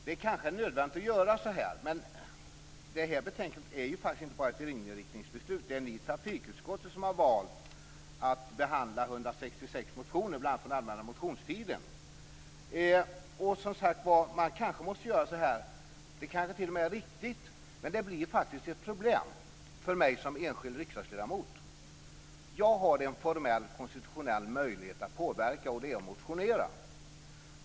Det kanske är nödvändigt att göra på det sättet, men detta betänkande handlar ju faktiskt inte bara om en inriktning, utan det är trafikutskottet som har valt att behandla 166 motioner, bl.a. från allmänna motionstiden. Man kanske måste göra på detta sätt. Det kanske t.o.m. är riktigt. Men det blir faktiskt ett problem för mig som enskild riksdagsledamot. Jag har en formell konstitutionell möjlighet att påverka, och det är att motionera.